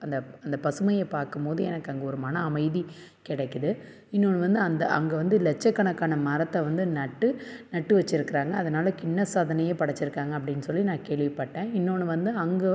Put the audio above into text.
அந்த அந்த பசுமையை பார்க்கும் போது எனக்கு அங்க ஒரு மன அமைதி கிடைக்கிது இன்னோன்று வந்து அந்த அங்கே வந்து லட்சக்கணக்கான மரத்தை வந்து நட்டு நட்டு வச்சுருக்குறாங்க அதனால் கின்னஸ் சாதனையே படைச்சிருக்காங்க அப்படின் சொல்லி நான் கேள்விப்பட்டேன் இன்னோன்று வந்து அங்கே